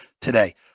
today